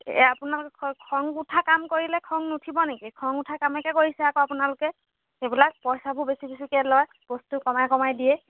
এই আপোনালোক খং উঠা কাম কৰিলে খং নুঠিব নেকি খং উঠা কামকে কৰিছে আকৌ আপোনালোকে সেইবিলাক পইচাবোৰ বেছি বেছিকৈ লয় বস্তু কমাই কমাই দিয়ে